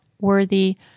worthy